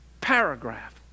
paragraph